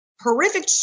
horrific